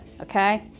Okay